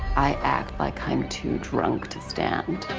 i act like i'm too drunk to stand.